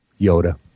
Yoda